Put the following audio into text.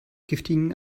giftigem